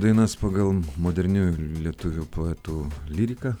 dainas pagal moderniųjų lietuvių poetų lyriką